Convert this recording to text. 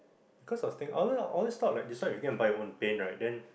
cause I think all these stock like this one you can buy your own paint right then